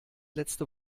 letzte